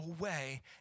away